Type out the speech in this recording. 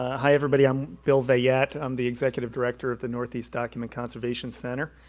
ah hi everybody, i'm bill veillette, i'm the executive director of the northeast document conservation center.